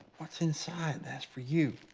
what's inside, that's for you.